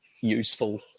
useful